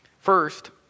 First